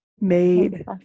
made